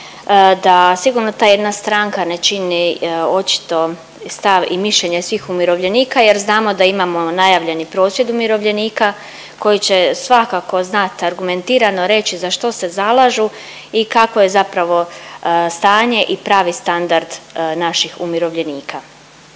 da sigurno ta jedna stranka ne čini očito stav i mišljenje svih umirovljenika jer znamo da imamo najavljeni prosvjed umirovljenika koji će svakako znat argumentirano reći za što se zalažu i kakvo je zapravo stanje i pravi standard naših umirovljenika.